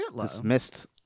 dismissed